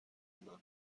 ممنوعه